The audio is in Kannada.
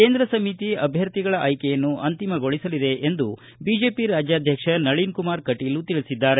ಕೇಂದ್ರ ಸಮಿತಿ ಅಭ್ಯರ್ಥಿಗಳ ಆಯ್ಕೆಯನ್ನು ಅಂತಿಮಗೊಳಿಸಲಿದೆ ಎಂದು ಬಿಜೆಪಿ ರಾಜ್ಯಾಧ್ವಕ್ಷ ನಳಿನ್ಕುಮಾರ್ ಕಟೀಲ್ ತಿಳಿಸಿದ್ದಾರೆ